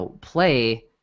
play